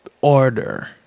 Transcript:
order